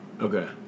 Okay